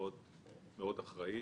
ומאוד אחראית,